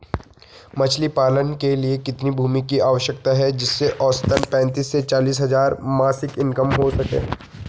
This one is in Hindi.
मछली पालन के लिए कितनी भूमि की आवश्यकता है जिससे औसतन पैंतीस से चालीस हज़ार मासिक इनकम हो सके?